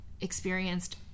experienced